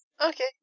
Okay